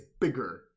bigger